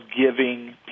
giving